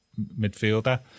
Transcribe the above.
midfielder